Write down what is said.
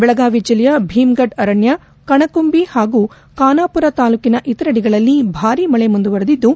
ಬೆಳಗಾವಿ ಜಲ್ಲೆಯ ಭೀಮ್ಗಡ್ಡ ಅರಣ್ಯ ಕಣಕುಂದಿ ಹಾಗೂ ಖಾನಪುರ ತಾಲ್ಡಾಕಿನ ಇತರೆಡೆಗಳಲ್ಲಿ ಭಾರಿ ಮಳೆ ಮುಂದುವರೆದಿದ್ದು